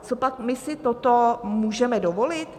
Copak my si toto můžeme dovolit?